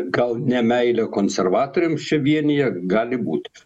gal nemeilė konservatoriams čia vienija gali būt